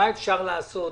מה אפשר לעשות,